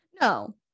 No